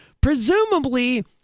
Presumably